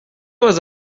was